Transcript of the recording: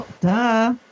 duh